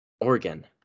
Oregon